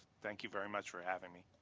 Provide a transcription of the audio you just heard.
thank you very much for having me.